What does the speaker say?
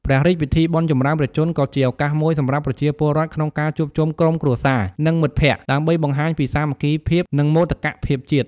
ព្រះរាជពិធីបុណ្យចម្រើនព្រះជន្ម ក៏ជា ឱកាសមួយ សម្រាប់ ប្រជាពលរដ្ឋ ក្នុងការ ជួបជុំក្រុមគ្រួសារ និង មិត្តភក្តិ ដើម្បី បង្ហាញពីសាមគ្គីភាព និង មោទកភាពជាតិ។